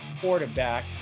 quarterback